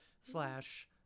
slash